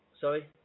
Sorry